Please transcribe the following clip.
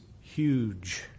huge